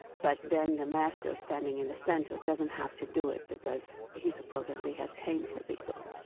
but then the master standing in the center doesn't have to do it because he supposedly has tamed his ego.